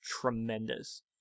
tremendous